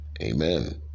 Amen